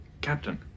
Captain